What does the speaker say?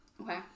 Okay